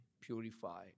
purify